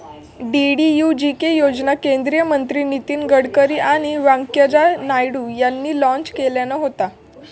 DDUGK योजना केंद्रीय मंत्री नितीन गडकरी आणि व्यंकय्या नायडू यांनी लॉन्च केल्यान होता